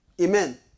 Amen